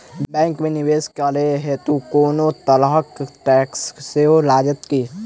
Bank मे निवेश करै हेतु कोनो तरहक टैक्स सेहो लागत की?